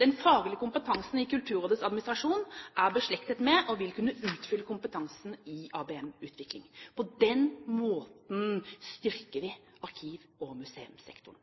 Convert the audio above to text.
Den faglige kompetansen i Kulturrådets administrasjon er beslektet med, og vil kunne utfylle, kompetansen i ABM-utvikling. På den måten styrker vi arkiv- og museumssektoren.